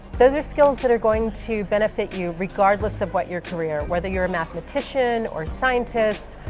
those are skills that are going to benefit you regardless of what your career. whether you're a mathematician or scientist,